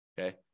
Okay